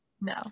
No